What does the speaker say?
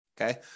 Okay